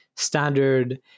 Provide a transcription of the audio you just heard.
Standard